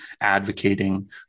advocating